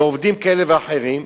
ועובדים כאלה ואחרים,